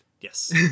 Yes